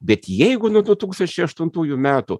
bet jeigu nuo du tūkstančiai aštuntųjų metų